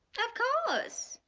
of course.